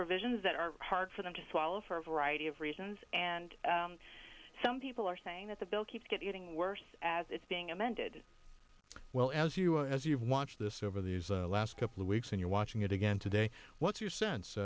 provisions that are hard for them to swallow for a variety of reasons and some people are saying that the bill keeps getting worse as it's being amended well as you as you've watched this over these last couple of weeks and you're watching it again today what's your s